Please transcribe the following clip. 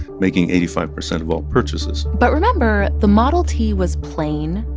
making eighty five percent of all purchases but remember the model t was plain,